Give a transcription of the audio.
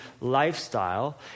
lifestyle